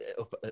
up